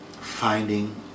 Finding